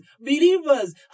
believers